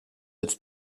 its